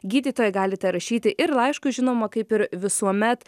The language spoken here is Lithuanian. gydytojai galite rašyti ir laiškus žinoma kaip ir visuomet